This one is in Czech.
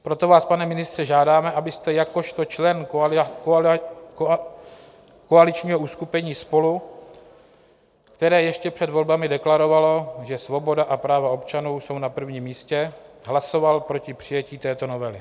Proto vás, pane ministře, žádáme, abyste jakožto člen koaličního uskupení SPOLU, které ještě před volbami deklarovalo, že svoboda a práva občanů jsou na první místě, hlasoval proti přijetí této novely.